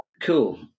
Cool